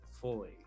fully